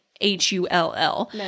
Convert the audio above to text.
H-U-L-L